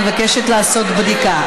אני מבקשת לעשות בדיקה,